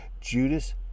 Judas